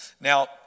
Now